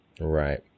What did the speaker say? Right